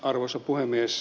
arvoisa puhemies